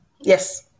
Yes